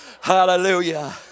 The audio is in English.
hallelujah